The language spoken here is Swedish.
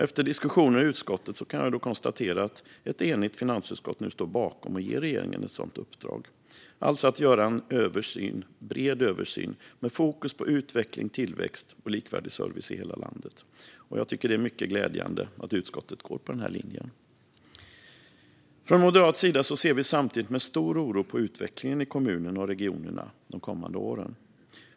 Efter diskussioner i utskottet kan jag konstatera att ett enigt finansutskott nu står bakom att ge regeringen ett sådant uppdrag: att göra en bred översyn med fokus på utveckling, tillväxt och likvärdig service i hela landet. Jag tycker att det är mycket glädjande att utskottet går på denna linje. Från moderat sida ser vi samtidigt med stor oro på utvecklingen i kommunerna och regionerna de kommande åren.